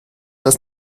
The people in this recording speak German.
das